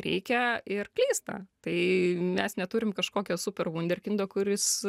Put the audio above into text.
reikia ir klysta tai mes neturim kažkokio super vunderkindo kuris